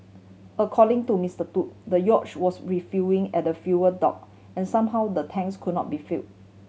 according to Mister Tu the yacht was refuelling at the fuel dock and somehow the tanks could not be fill